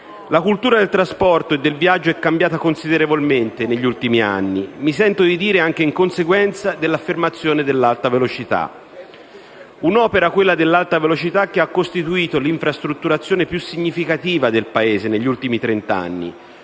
La cultura del trasporto e del viaggio è cambiata considerevolmente in questi anni, mi sento di dire anche in conseguenza dell'affermazione dell'Alta Velocità. Un'opera, quella dell'Alta Velocità, che ha costituito l'infrastrutturazione più significativa del Paese negli ultimi trent'anni;